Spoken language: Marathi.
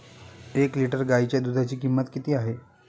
एक लिटर गाईच्या दुधाची किंमत किती आहे?